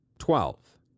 Twelve